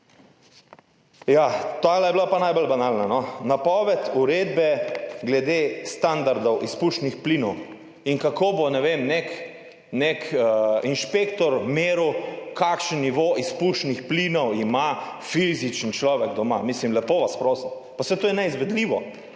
ta je bila pa najbolj banalna, no. Napoved uredbe glede standardov izpušnih plinov in kako bo, ne vem, nek inšpektor meril, kakšen nivo izpušnih plinov ima fizičen človek doma. Mislim, lepo vas prosim, pa saj to je neizvedljivo!